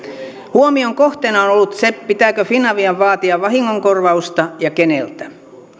huomion kohteena on ollut se pitääkö finavian vaatia vahingonkorvausta ja keneltä